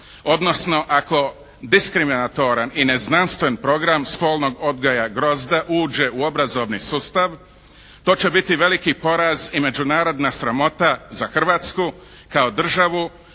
odnosno ako diskriminatoran i neznanstven program spolnog odgoja «Grozd» uđe u obrazovni sustav to će biti veliki poraz i međunarodna sramota za Hrvatsku kao državu